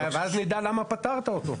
ואז נדע למה פטרת אותו.